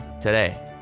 today